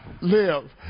live